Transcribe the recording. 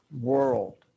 world